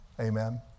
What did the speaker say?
Amen